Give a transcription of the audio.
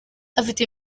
afite